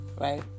Right